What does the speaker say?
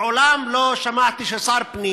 מעולם לא שמעתי ששר פנים